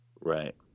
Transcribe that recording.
Right